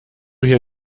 hier